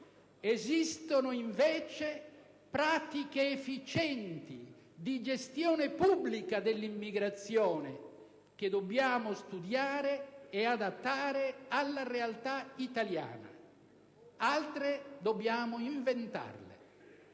esistono invece pratiche efficienti di gestione pubblica dell'immigrazione, che dobbiamo studiare ed adattare alla realtà italiana. Altre dobbiamo inventarle.